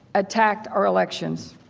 attacked our elections.